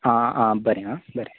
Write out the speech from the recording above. आ आ बरें आ बरें